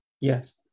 Yes